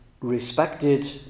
respected